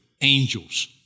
angels